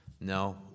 No